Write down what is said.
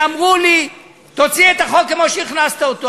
ואמרו לי: תוציא את החוק כמו שהכנסת אותו.